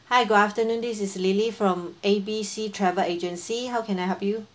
hi good afternoon this is lily from A B C travel agency how can I help you